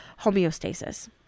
homeostasis